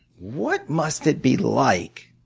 what must it be like